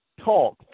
talk